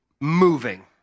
moving